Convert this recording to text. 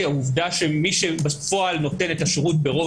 היא העובדה שמי שבפועל נותן את השירות ברוב